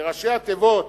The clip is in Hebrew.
שראשי התיבות